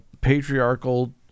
patriarchal